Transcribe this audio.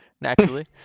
Naturally